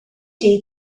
day